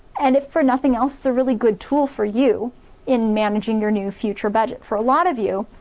and if for nothing else, it's a really good tool for you in managing your new future budget. for a lot of you,